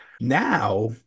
Now